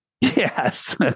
Yes